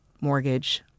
mortgage